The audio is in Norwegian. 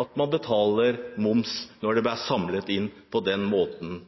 at man betaler moms når det blir samlet inn på den måten?